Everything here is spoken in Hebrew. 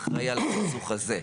אחראי על סכסוך הזה,